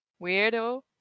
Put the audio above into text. weirdo